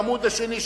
בעמוד השני,